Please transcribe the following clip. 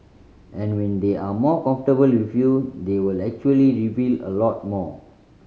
and when they are more comfortable with you they will actually reveal a lot more